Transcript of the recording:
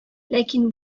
ләкин